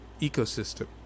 ecosystem